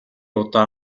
удаа